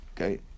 okay